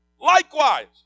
Likewise